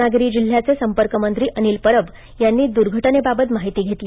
रत्नागिरी जिल्ह्याचे संपर्क मंत्री अनिल परब यांनी दुर्घटनेबाबत माहिती घेतली